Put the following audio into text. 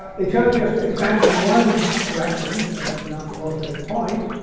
it shows just expansion in one direction, but that's enough to illustrate the point.